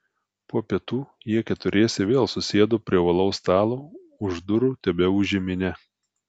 po pietų jie keturiese vėl susėdo prie ovalaus stalo už durų tebeūžė minia